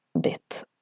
bit